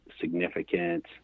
significant